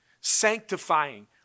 sanctifying